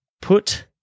Put